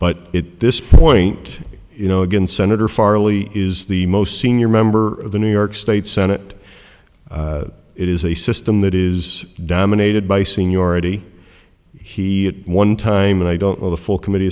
but it this point you know again senator farley is the most senior member of the new york state senate it is a system that is dominated by seniority he one time and i don't know the full committee